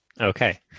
Okay